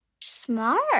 Smart